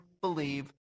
believe